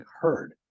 heard